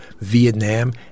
Vietnam